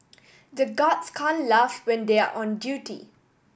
the guards can't laugh when they are on duty